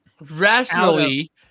Rationally